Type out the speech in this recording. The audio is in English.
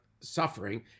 suffering